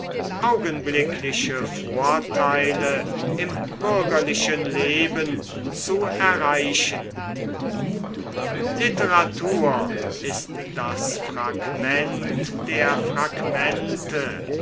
augenblickliche vorteile im bürgerlichen leben zu erreichen literatur ist das fragment der fragmente